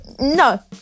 no